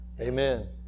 amen